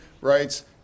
rights